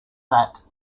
that